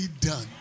done